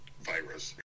virus